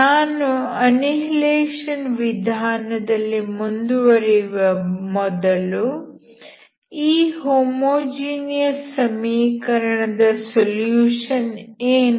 ನಾನು ಅನ್ನಿಹಿಲೇಶನ್ ವಿಧಾನದಲ್ಲಿ ಮುಂದುವರೆಯುವ ಮೊದಲು ಈ ಹೋಮೋಜೀನಿಯಸ್ ಸಮೀಕರಣದ ಸೊಲ್ಯೂಷನ್ ಏನು